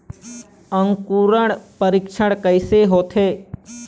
अंकुरण परीक्षण कैसे होथे?